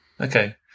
Okay